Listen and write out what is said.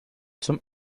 zum